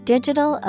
Digital